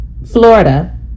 Florida